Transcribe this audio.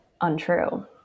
untrue